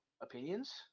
opinions